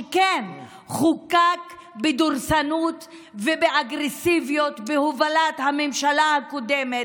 שחוקק בדורסנות ובאגרסיביות בהובלת הממשלה הקודמת,